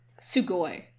Sugoi